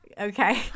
okay